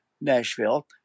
Nashville